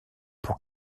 pour